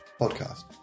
podcast